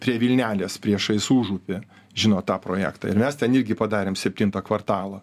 prie vilnelės priešais užupį žinot tą projektą ir mes ten irgi padarėm septintą kvartalą